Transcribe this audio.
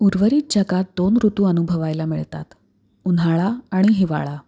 उर्वरित जगात दोन ऋतू अनुभवायला मिळतात उन्हाळा आणि हिवाळा